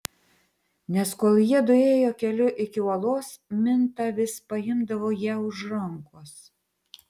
nes kol jiedu ėjo keliu iki uolos minta vis paimdavo ją už rankos